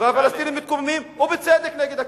הפלסטינים מתקוממים ובצדק נגד הכיבוש.